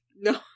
No